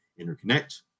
interconnect